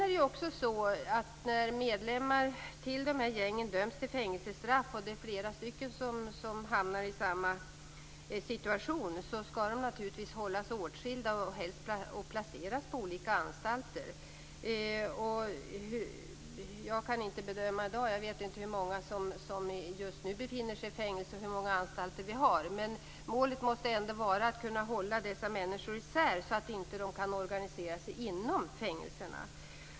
När flera medlemmar i gängen döms till fängelsestraff, skall de naturligtvis hållas åtskilda och helst placeras på olika anstalter. Jag vet inte hur många som i dag befinner sig i fängelse och hur många anstalter det gäller. Målet måste vara att kunna hålla dessa människor isär så att de inte kan organisera sig inom fängelserna.